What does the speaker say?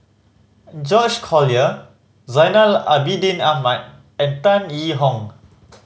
George Collyer Zainal Abidin Ahmad and Tan Yee Hong